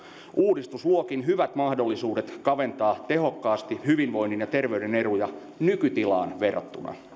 uudistus luokin hyvät mahdollisuudet kaventaa tehokkaasti hyvinvoinnin ja terveyden eroja nykytilaan verrattuna